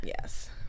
yes